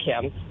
Kim